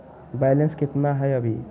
Balance केतना हय अभी?